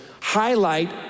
highlight